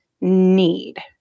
need